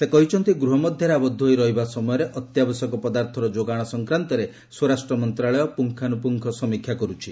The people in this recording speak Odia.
ସେ କହିଛନ୍ତି ଗୃହ ମଧ୍ୟରେ ଆବଦ୍ଧ ହୋଇ ରହିବା ସମୟରେ ଅତ୍ୟାବଶ୍ୟକ ପଦାର୍ଥର ଯୋଗାଣ ସଂକ୍ରାନ୍ତରେ ସ୍ୱରାଷ୍ଟ୍ର ମନ୍ତ୍ରଶାଳୟ ପୁଙ୍ଗାନୁପୁଙ୍ଗ ସମୀକ୍ଷା କରିଛି